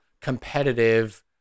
competitive